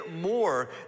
more